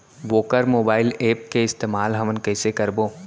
वोकर mobile app के इस्तेमाल हमन कइसे करबो?